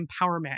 empowerment